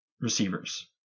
receivers